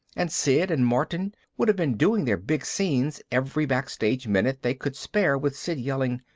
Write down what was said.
and sid and martin would have been doing their big scenes every backstage minute they could spare with sid yelling,